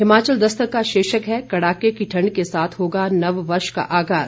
हिमाचल दस्तक का शीर्षक है कड़ाके की ठंड के साथ होगा नववर्ष का आगाज